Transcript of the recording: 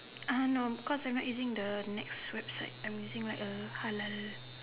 uh no because I'm not using the Nex website I'm using like a halal